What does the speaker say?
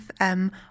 FM